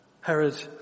Herod